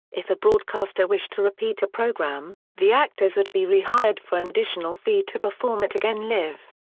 if a broadcaster wished to repeat a programme, the actors would be re-hired for an additional fee to perform it again live.